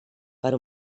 per